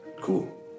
Cool